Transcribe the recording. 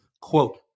quote